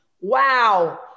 wow